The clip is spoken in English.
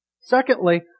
Secondly